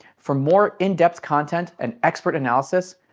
for more in-depth content and expert analysis,